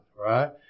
right